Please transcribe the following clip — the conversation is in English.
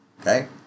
Okay